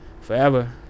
forever